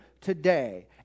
today